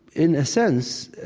in a sense,